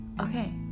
Okay